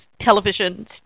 television